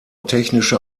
technische